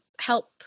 help